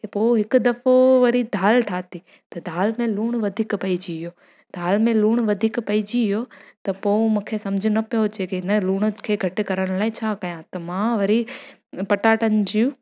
पो हिकु दफ़ो वरी दालि ठाही त दालि में लुणु वधीक पइजी वियो दालि में लुणु वधीक पइजी वियो त पोइ मूंखे सम्झ में न पियो अचे कि हिन लुण खे घटि करण लाइ छा कया त मां वरी पटाटनि जूं